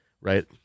right